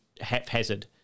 haphazard